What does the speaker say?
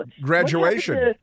Graduation